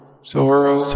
Sorrow